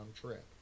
trip